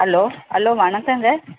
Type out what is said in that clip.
hello hello வணக்கங்க